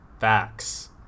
facts